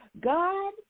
God